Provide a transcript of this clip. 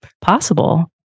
possible